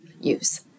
use